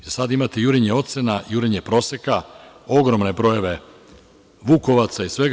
Sada imate jurenje ocena, jurenje proseka, ogromne brojeve vukovaca i svega.